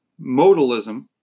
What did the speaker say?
modalism